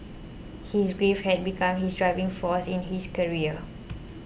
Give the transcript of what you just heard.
his grief had become his driving force in his career